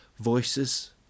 voices